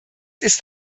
ist